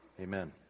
Amen